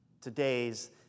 today's